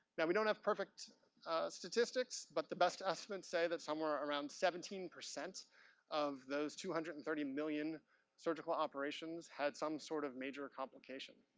now, we don't have perfect statistics, but the best estimates say that somewhere around seventeen percent of those two hundred and thirty million surgical operations had some sort of major complication.